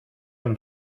him